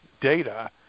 data